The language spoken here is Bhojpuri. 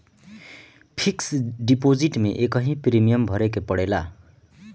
फिक्स डिपोजिट में एकही प्रीमियम भरे के पड़ेला